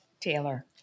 Taylor